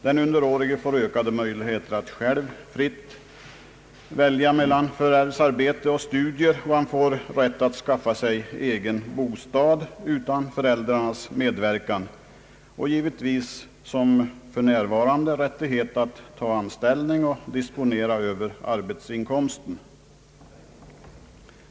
Den underårige får ökade möjligheter att själv fritt välja mellan förvärvsarbete och studier, får rätt att skaffa egen bostad utan föräldrarnas medverkan och givetvis som för närvarande är fallet rättighet att ta anställning och att disponera över arbetsinkomsten.